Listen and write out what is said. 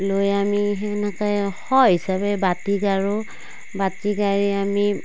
লৈ আমি তেনেকে শ হিচাপে বাতি কাঢ়ো বাতি কাঢ়ি আমি